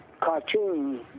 cartoon